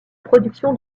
production